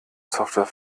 software